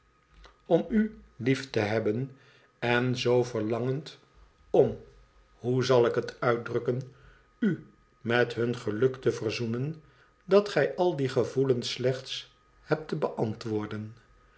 om u bewaarlingbn en vsrmaningbn lief te hebben en zoo verlangend om hoe zal ik het uitdrukken u met hun geluk te verzoenen dat gij al die gevoelens slechts hebt te beantwoorden